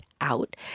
out